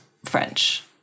French